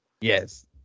Yes